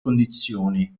condizioni